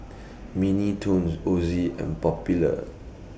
Mini Toons Ozi and Popular